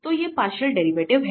तो ये partial derivative हैं